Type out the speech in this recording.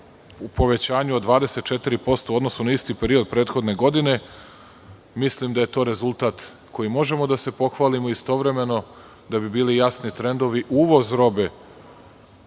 u povećanju od 24% u odnosu na isti period prethodne godine, mislim da je to rezultat kojim možemo da se pohvalimo istovremeno, da bi bili jasni trendovi, uvoz robe